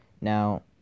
Now